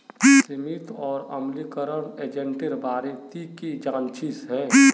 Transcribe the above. सीमित और अम्लीकरण एजेंटेर बारे ती की जानछीस हैय